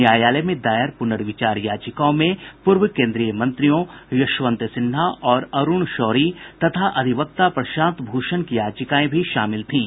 न्यायालय में दायर पुनर्विचार याचिकाओं में पूर्व केन्द्रीय मंत्रियों यशवंत सिन्हा और अरूण शौरी तथा अधिवक्ता प्रशांत भूषण की याचिकाएं भी शामिल थीं